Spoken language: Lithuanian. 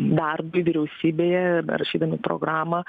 darbui vyriausybėje ir rašydami programą